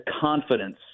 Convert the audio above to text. confidence